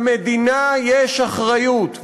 למדינה יש אחריות,